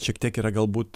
šiek tiek yra galbūt